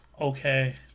Okay